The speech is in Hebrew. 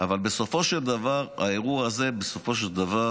אבל בסופו של דבר האירוע הזה התנהל